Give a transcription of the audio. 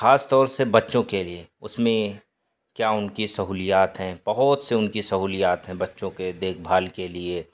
خاص طور سے بچوں کے لیے اس میں کیا ان کی سہولیات ہیں بہت سے ان کی سہولیات ہیں بچوں کے دیکھ بھال کے لیے